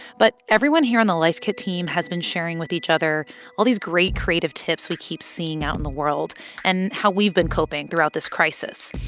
but everyone here on the life kit team has been sharing with each other all these great creative tips we keep seeing out in the world and how we've been coping throughout this crisis.